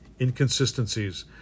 inconsistencies